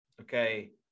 Okay